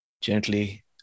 gently